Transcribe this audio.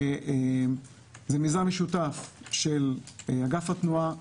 זהו מיזם משותף של אגף התנועה,